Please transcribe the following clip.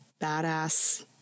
badass